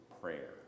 prayer